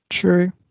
True